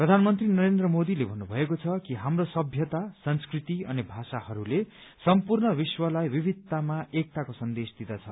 प्रधानमन्त्री नरेन्द्र मोदीले भन्नुभएको छ कि हाम्रो सभ्यता संस्कृति अनि भाषाहरूले सम्पूर्ण विश्वलाई विविधतमा एकताको सन्देश दिँदछ